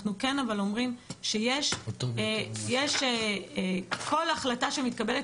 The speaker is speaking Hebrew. כל החלטה שמתקבלת,